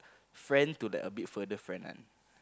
friend to the a bit further friend one